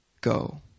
go